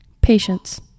Patience